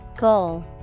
Goal